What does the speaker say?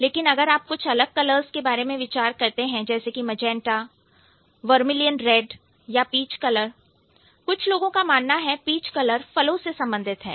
लेकिन अगर आप कुछ अलग कलर्स के बारे में विचार करते हैं जैसे कि मैजेंटा वर्मिलीयन रेड या पीच कलर कुछ लोगों का मानना है पीच कलर फलों से संबंधित है